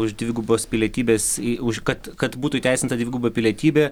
už dvigubos pilietybės į už kad kad būtų įteisinta dviguba pilietybė